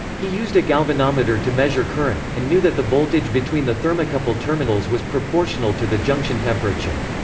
he used a galvanometer to measure current, and knew that the voltage between the thermocouple terminals was proportional to the junction temperature.